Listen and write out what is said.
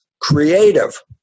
creative